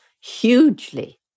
hugely